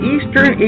Eastern